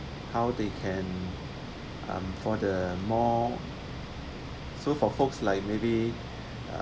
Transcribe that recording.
how they can um for the more so for folks like maybe uh